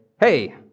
Hey